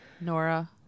nora